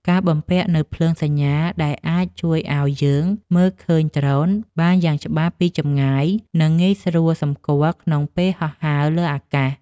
ការបំពាក់នូវភ្លើងសញ្ញាដែលអាចជួយឱ្យយើងមើលឃើញដ្រូនបានយ៉ាងច្បាស់ពីចម្ងាយ និង ងាយស្រួលសម្គាល់ក្នុងពេលហោះហើរលើអាកាស។